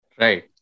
Right